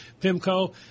PIMCO